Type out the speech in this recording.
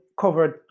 covered